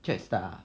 jetstar ah